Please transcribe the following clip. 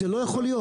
זה לא יכול להיות.